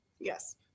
Yes